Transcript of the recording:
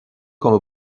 comme